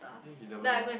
think he never know